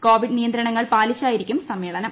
Covid നിയന്ത്രണങ്ങൾ പാലിച്ചായിരിക്കും സമ്മേളനം